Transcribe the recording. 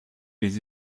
les